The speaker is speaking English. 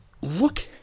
look